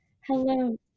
Hello